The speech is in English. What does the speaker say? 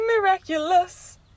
miraculous